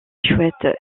chouettes